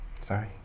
Sorry